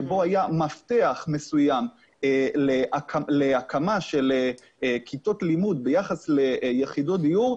בו היה מפתח מסוים להקמה של כיתות לימוד ביחס ליחידות דיור,